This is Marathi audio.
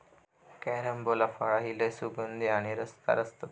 कॅरम्बोला फळा ही लय सुगंधी आणि रसदार असतत